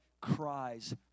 cries